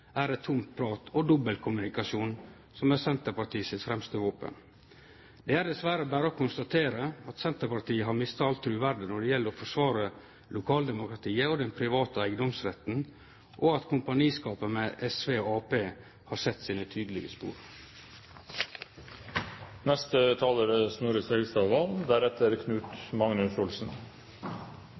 er det tomt prat og dobbeltkommunikasjon som er Senterpartiet sitt fremste våpen. Det er dessverre berre å konstatere at Senterpartiet har mista alt truverde når det gjeld å forsvare lokaldemokratiet og den private eigedomsretten, og at kompaniskapen med SV og Arbeidarpartiet har sett sine tydelege spor.